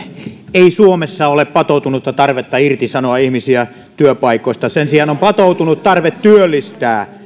ei suomessa ole patoutunutta tarvetta irtisanoa ihmisiä työpaikoista sen sijaan on patoutunut tarve työllistää